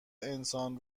انسان